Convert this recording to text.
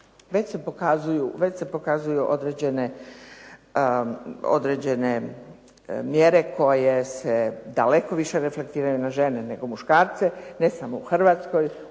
Već se pokazuju određene mjere koje se daleko više reflektiraju na žene nego muškarce, ne samo u Hrvatskoj,